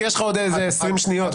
כי פשוט יש לך עוד איזה 20 שניות.